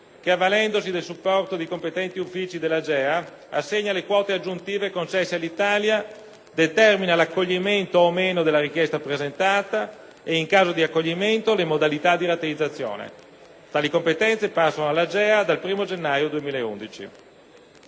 che avvalendosi del supporto dei competenti uffici dell'AGEA assegna le quote aggiuntive concesse all'Italia, determina l'accoglimento o meno della richiesta presentata e, in caso di accoglimento, le modalità di rateizzazione. Tali competenze passano all'AGEA dal 1° gennaio 2011.